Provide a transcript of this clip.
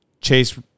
Chase